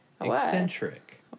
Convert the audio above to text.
eccentric